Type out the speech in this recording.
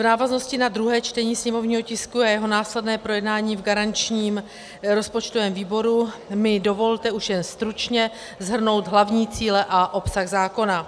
V návaznosti na druhé čtení sněmovního tisku a jeho následné projednání v garančním rozpočtovém výboru mi dovolte už jen stručně shrnout hlavní cíle a obsah zákona.